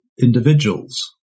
individuals